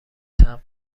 تحقق